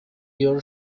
your